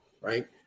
right